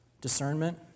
discernment